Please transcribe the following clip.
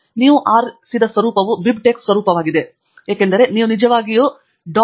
ಮತ್ತು ನೀವು ಆರಿಸಿದ ಸ್ವರೂಪವು BibTeX ಸ್ವರೂಪವಾಗಿದೆ ಏಕೆಂದರೆ ನೀವು ನಿಜವಾಗಿಯೂ ಫೈಲ್ ಅನ್ನು